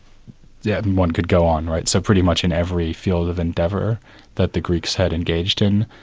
yeah one could go on, right, so pretty much in every field of endeavor that the greeks had engaged in,